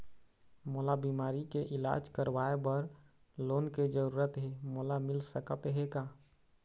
मोला बीमारी के इलाज करवाए बर लोन के जरूरत हे मोला मिल सकत हे का?